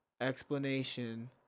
explanation